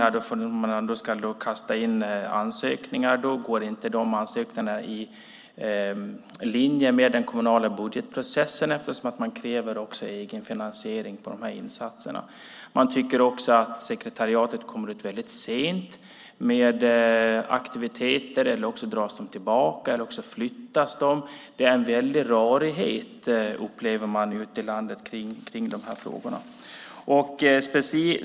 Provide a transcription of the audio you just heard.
När man kastar in ansökningar går de inte i linje med den kommunala budgetprocessen eftersom det krävs egenfinansiering av dessa insatser. Man tycker också att sekretariatet kommer väldigt sent med aktiviteter, eller också dras de tillbaka eller flyttas. Ute i landet upplever man att det är väldigt rörigt kring dessa frågor.